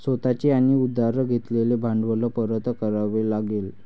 स्वतः चे आणि उधार घेतलेले भांडवल परत करावे लागेल